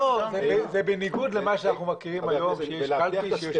זה בניגוד למה שאנחנו מכירים היום שיש קלפי עם ועדה.